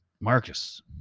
Marcus